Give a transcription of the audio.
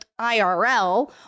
IRL